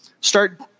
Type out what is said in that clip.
start